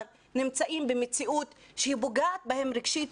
נמצאים במציאות שהיא פוגעת בהם רגשית,